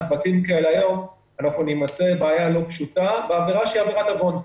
בתים כאלה היום אנחנו נימצא בבעיה לא פשוטה בעבירה שהיא עבירת עוון.